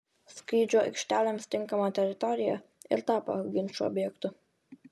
skrydžių aikštelėms tinkama teritorija ir tapo ginčų objektu